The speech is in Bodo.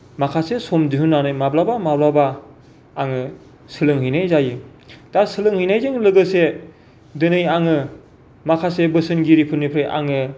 माखासे सम दिहुन्नानै माब्लाबा माब्लाबा आङो सोलोंहैनाय जायो दा सोलोंहैनायजों लोगोसे दिनै आङो माखासे बोसोनगिरिफोरनिफ्राय आङो